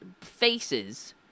faces